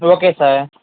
okay sir